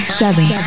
seven